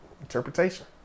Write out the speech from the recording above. Interpretation